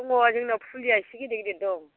दङ जोंनाव फुलिआ एसे गेदेर गेदेर दं